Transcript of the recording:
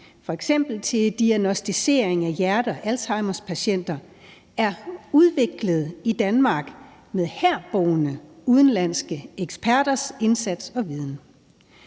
f.eks. til diagnosticering af hjerte- og alzheimerpatienter, er udviklet i Danmark med herboende udenlandske eksperters indsats og viden.